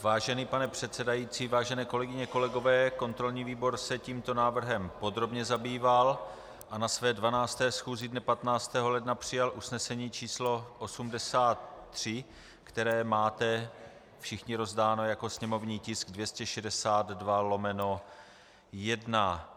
Vážený pane předsedající, vážené kolegyně, kolegové, kontrolní výbor se tímto návrhem podrobně zabýval a na své 12. schůzi dne 15. ledna přijal usnesení číslo 83, které máte všichni rozdáno jako sněmovní tisk 262/1.